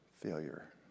failure